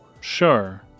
Sure